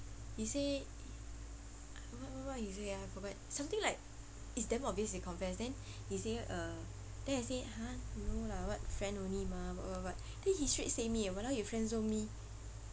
he say what what what he say ah something like it's damn obvious he confess then he say uh then I say !huh! no lah [what] friend only mah [what] [what] [what] then he straight say me eh !walao! you friend zone me